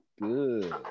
good